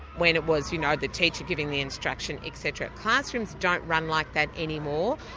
when it was, you know, the teacher giving the instruction, etc, classrooms don't run like that anymore.